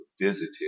visited